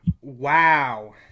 Wow